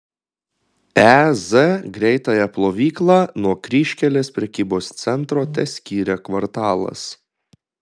e z greitąją plovyklą nuo kryžkelės prekybos centro teskyrė kvartalas